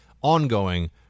ongoing